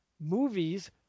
movies